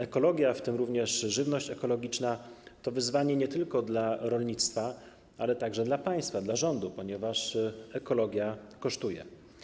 Ekologia, w tym również żywność ekologiczna, to wyzwanie nie tylko dla rolnictwa, ale także dla państwa, dla rządu, ponieważ ekologia kosztuje.